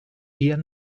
ian